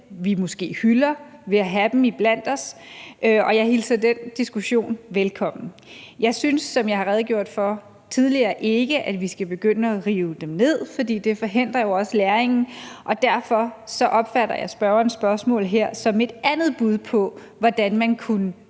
vi måske hylder ved at have dem iblandt os? Og jeg hilser den diskussion velkommen. Jeg synes ikke – som jeg har redegjort for tidligere – at vi skal begynde at rive dem ned, for det forhindrer jo også læringen. Og derfor opfatter jeg spørgerens spørgsmål her som et andet bud på, hvordan man kunne